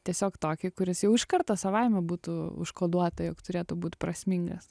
tiesiog tokį kuris jau iš karto savaime būtų užkoduota jog turėtų būt prasmingas